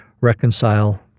reconcile